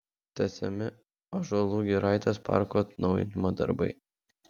tęsiami ąžuolų giraitės parko atnaujinimo darbai